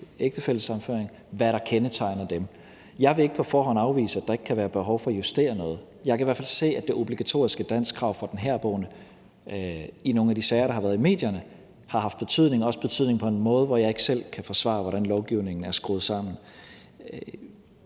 ægtefællesammenføring, altså hvad der kendetegner dem. Jeg vil ikke på forhånd afvise, at der kan være behov for at justere noget. Jeg kan i hvert fald se, at det obligatoriske danskkrav for den herboende i nogle af de sager, der har været i medierne, har haft betydning, også betydning på en måde, hvor jeg ikke selv kan forsvare, hvordan lovgivningen er skruet sammen.